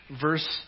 verse